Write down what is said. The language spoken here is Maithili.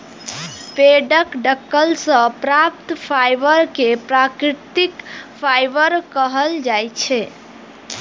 पेड़क डंठल सं प्राप्त फाइबर कें प्राकृतिक फाइबर कहल जाइ छै